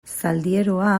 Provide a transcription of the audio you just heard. zaldieroa